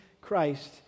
Christ